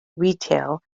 retail